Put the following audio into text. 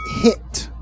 hit